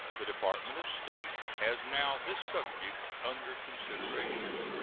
the department of state has now this subject under consideration.